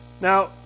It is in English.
Now